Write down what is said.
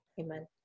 Amen